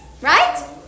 Right